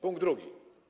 Punkt drugi.